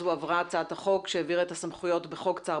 הועברה הצעת החוק שהעבירה את הסמכויות בחוק צער